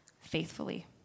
faithfully